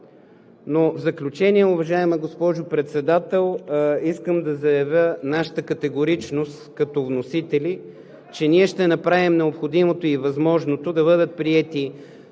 В заключение, уважаема госпожо Председател, искам да заявя нашата категоричност като вносители, че ние ще направим необходимото и възможното да бъдат приети